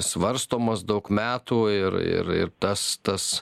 svarstomas daug metų ir ir ir tas tas